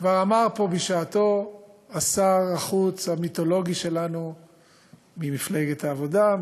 כבר אמר פה בשעתו שר החוץ המיתולוגי שלנו ממפלגת העבודה,